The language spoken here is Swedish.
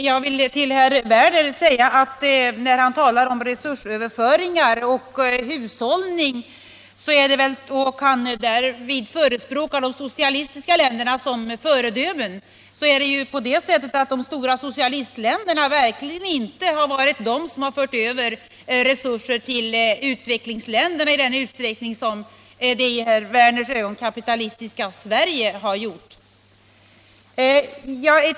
Herr talman! Herr Werner talade om resursöverföringar och hushållning och förespråkade därvid de socialistiska länderna såsom föredömen. Men de stora socialistländerna har verkligen inte fört över resurser till utvecklingsländerna i den utsträckning som det i herr Werners ögon kapitalistiska Sverige har gjort.